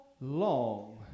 long